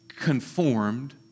conformed